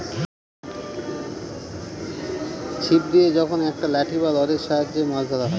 ছিপ দিয়ে যখন একটা লাঠি বা রডের সাহায্যে মাছ ধরা হয়